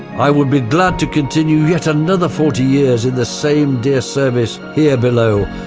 i would be glad to continue yet another forty years in the same dear service here below.